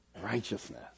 righteousness